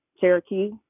Cherokee